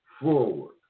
forward